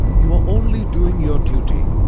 you are only doing your duty,